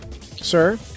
sir